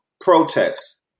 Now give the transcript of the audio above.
protests